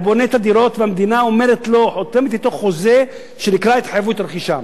הוא בונה את הדירות והמדינה חותמת אתו חוזה שנקרא התחייבות רכישה.